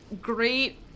great